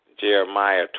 Jeremiah